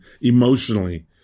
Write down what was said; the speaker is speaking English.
emotionally